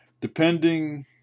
Depending